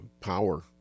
power